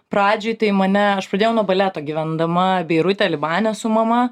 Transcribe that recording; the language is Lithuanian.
pradžiai tai mane aš pradėjau nuo baleto gyvendama beirute libane su mama